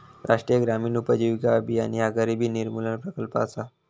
राष्ट्रीय ग्रामीण उपजीविका अभियान ह्या गरिबी निर्मूलन प्रकल्प असा